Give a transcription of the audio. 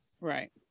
Right